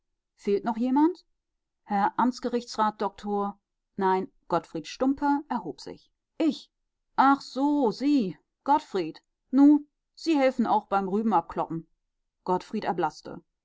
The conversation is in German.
fehlt noch jemand herr amtsgerichtsrat dr nein gottfried stumpe erhob sich ich ach so sie gottfried nu sie helfen auch beim